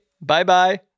Bye-bye